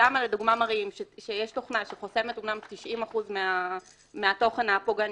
ושם לדוגמה מראים שיש תוכנה שחוסמת אומנם 90% מהתוכן הפוגעני,